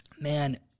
man